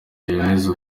yemeze